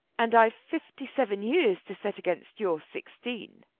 and i've fifty-seven years to set against your sixteen,